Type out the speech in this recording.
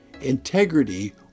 Integrity